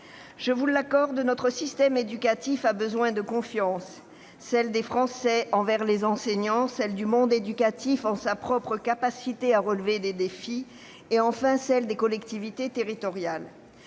Je vous l'accorde, notre système éducatif a besoin de confiance, celle des Français envers les enseignants, celle du monde éducatif en sa propre capacité à relever les défis, et enfin celle des collectivités territoriales.